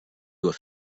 doit